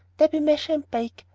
debby measure and bake,